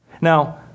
Now